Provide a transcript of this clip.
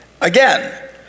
Again